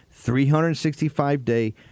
365-day